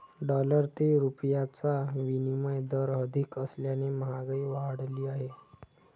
dollar ते रुपयाचा विनिमय दर अधिक असल्याने महागाई वाढली आहे